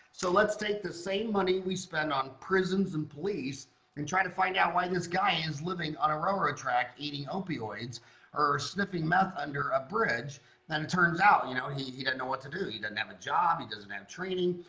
so let's take the same money we spend on prisons and police and try to find out why this guy is living on a railroad track eating opioids or sniffing meth under a bridge then turns out you know he didn't know what to do he doesn't have a job he doesn't have training.